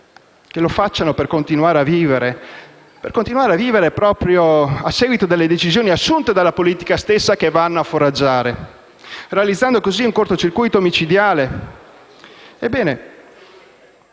lo facciano per continuare a vivere a seguito delle decisioni assunte dalla politica stessa che vanno a foraggiare, realizzando così un corto circuito micidiale.